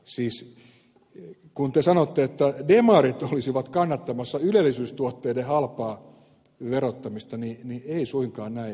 siis kun te sanotte että demarit olisivat kannattamassa ylellisyystuotteiden halpaa verottamista niin ei suinkaan näin ministeri pekkarinen